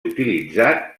utilitzat